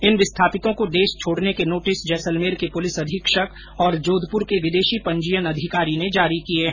इन विस्थापितों को देश छोड़ने के नोटिस जैसलमेर के पुलिस अधीक्षक और जोधपुर के विदेशी पंजीयन अधिकारी ने जारी किए है